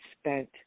spent